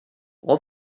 all